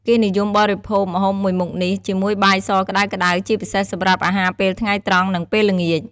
គេនិយមបរិភោគម្ហូបមួយមុខនេះ ជាមួយបាយសក្ដៅៗ ជាពិសេសសម្រាប់អាហារពេលថ្ងៃត្រង់ និងពេលល្ងាច។